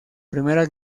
primera